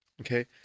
Okay